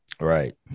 Right